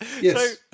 Yes